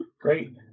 Great